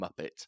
muppet